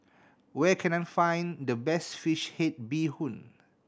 where can I find the best fish head bee hoon